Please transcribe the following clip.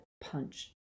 punch